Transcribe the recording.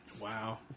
Wow